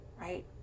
right